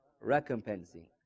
recompensing